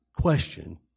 question